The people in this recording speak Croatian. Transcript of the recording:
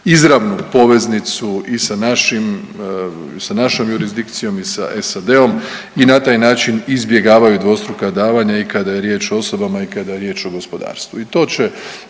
izravnu poveznicu i sa našim, sa našom jurisdikcijom i sa SAD-om i na taj način izbjegavaju dvostruka davanja i kada je riječ o osobama i kada je riječ o gospodarstvu i to će